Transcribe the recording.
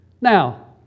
Now